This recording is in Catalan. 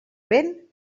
vent